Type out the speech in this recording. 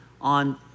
on